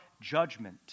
judgment